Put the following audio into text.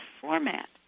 format